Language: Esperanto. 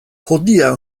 hodiaŭ